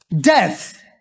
Death